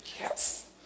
Yes